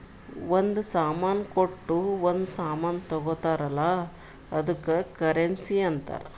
ಒಂದ್ ಸಾಮಾನ್ ಕೊಟ್ಟು ಒಂದ್ ಸಾಮಾನ್ ತಗೊತ್ತಾರ್ ಅಲ್ಲ ಅದ್ದುಕ್ ಕರೆನ್ಸಿ ಅಂತಾರ್